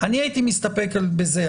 אני הייתי מסתפק בזה.